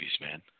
man